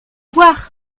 voir